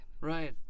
Right